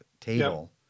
table